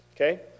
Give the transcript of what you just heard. Okay